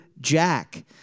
Jack